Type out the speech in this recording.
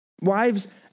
Wives